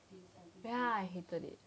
ya